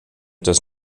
does